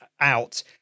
out